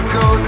go